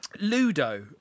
Ludo